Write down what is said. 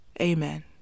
amen